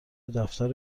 دفتر